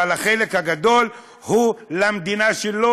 אבל החלק הגדול הוא של המדינה שלו,